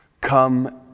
come